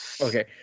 Okay